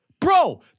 bro